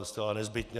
Zcela nezbytně.